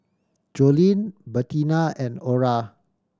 Joleen Bertina and Orra